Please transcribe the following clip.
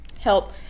help